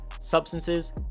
substances